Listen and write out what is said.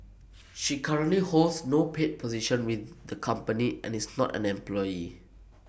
she currently holds no paid position with the company and is not an employee